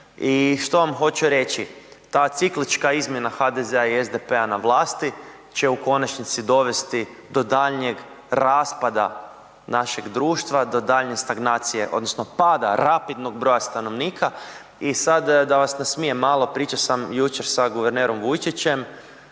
i što vam hoću reći, ta ciklička izmjena HDZ-a i SDP-a na vlasti će u konačnici dovesti do daljnjeg raspada našeg društva, do daljnje stagnacije odnosno pada rapidnog broja stanovnika. I sad da vas nasmijem malo, pričao sam jučer sa guvernerom Vujčićem